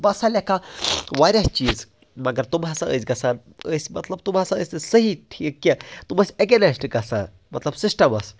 بہٕ سا لٮ۪کھا واریاہ چیٖز مگر تِم ہَس ٲسۍ گژھان أسۍ مطلب تِم ہَسا ٲسۍ نہٕ صحیح ٹھیٖک کیٚنٛہہ تم ٲس اگیٚنٮ۪سٹ گژھان مطلب سِسٹَمس